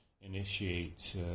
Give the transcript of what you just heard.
initiate